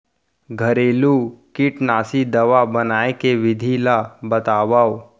घरेलू कीटनाशी दवा बनाए के विधि ला बतावव?